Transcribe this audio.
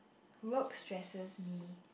work stresses me